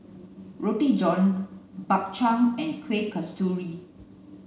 Roti John Bak Chang and Kuih Kasturi